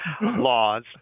laws